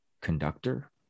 Conductor